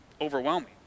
overwhelming